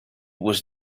was